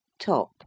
Top